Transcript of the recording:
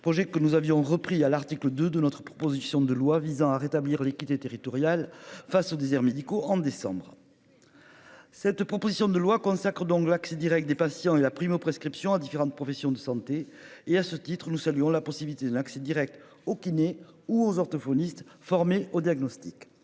projets que nous avions repris à l'article 2 de notre proposition de loi visant à rétablir l'équité territoriale face aux déserts médicaux en décembre. Cette proposition de loi consacrent donc l'accès Direct des patients et la primo-prescription à différentes professions de santé et à ce titre, nous saluons la possibilité de l'accès Direct au kiné ou aux orthophonistes formés au diagnostic.